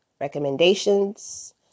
recommendations